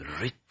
rich